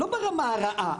לא ברמה הרעה,